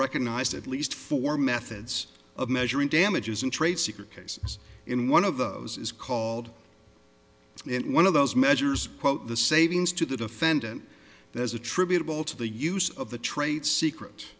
recognized at least four methods of measuring damages in trade secret cases in one of those is called in one of those measures quote the savings to the defendant is attributable to the use of the trade secret